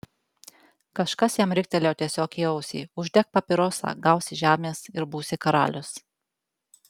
kažkas jam riktelėjo tiesiog į ausį uždek papirosą gausi žemės ir būsi karalius